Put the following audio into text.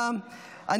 בעד, 13 נגד, אחד נמנע.